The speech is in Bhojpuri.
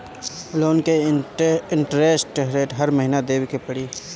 लोन के इन्टरेस्ट हर महीना देवे के पड़ी?